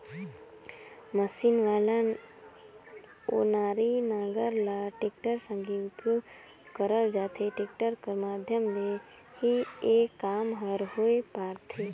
machine वाला ओनारी नांगर ल टेक्टर संघे उपियोग करल जाथे, टेक्टर कर माध्यम ले ही ए काम हर होए पारथे